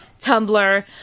Tumblr